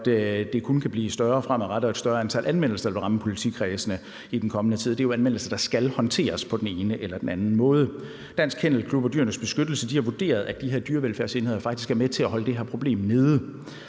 at det kun kan blive større fremadrettet, og at det vil være et større antal anmeldelser, der vil ramme politikredsene i den kommende tid. Det er jo anmeldelser, der skal håndteres på den ene eller den anden måde. Dansk Kennel Klub og Dyrenes Beskyttelse har vurderet, at de her dyrevelfærdsenheder faktisk er med til at holde det her problem nede